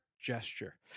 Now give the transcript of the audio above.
gesture